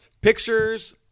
pictures